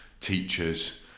teachers